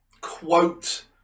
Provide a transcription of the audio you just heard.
quote